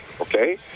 okay